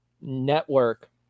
Network